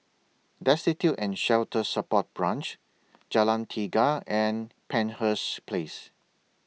Destitute and Shelter Support Branch Jalan Tiga and Penshurst Place